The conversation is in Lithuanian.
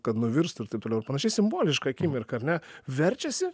kad nuvirstų ir taip toliau ir panašiai simboliška akimirka ar ne verčiasi